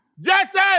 Jesse